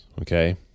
Okay